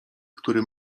który